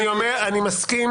אני מסכים